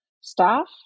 staff